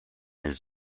his